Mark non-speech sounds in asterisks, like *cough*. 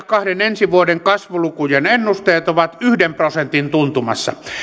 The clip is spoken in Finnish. *unintelligible* kahden ensi vuoden kasvulukujen ennusteet ovat yhden prosentin tuntumassa